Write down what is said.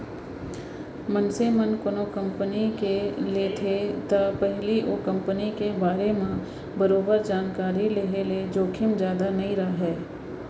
मनसे मन कोनो कंपनी के लेथे त पहिली ओ कंपनी के बारे म बरोबर जानकारी रेहे ले जोखिम जादा नइ राहय